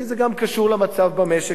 כי זה גם קשור למצב במשק,